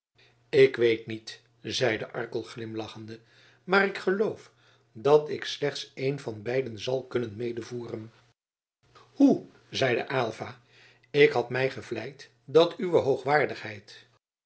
ik weet niet zeide arkel glimlachende maar ik geloof dat ik slechts een van beiden zal kunnen medevoeren hoe zeide aylva ik had mij gevleid dat uwe